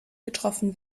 getroffen